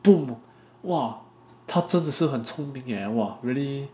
boom !whoa! 他真的是很聪明 leh !whoa! really